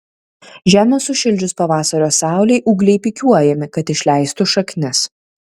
žemę sušildžius pavasario saulei ūgliai pikiuojami kad išleistų šaknis